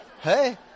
Hey